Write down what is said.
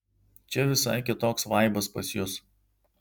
čia visai kitoks vaibas pas jus